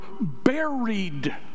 buried